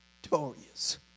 victorious